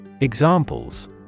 Examples